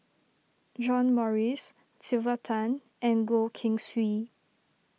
John Morrice Sylvia Tan and Goh Keng Swee